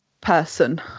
person